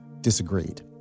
disagreed